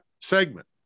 segment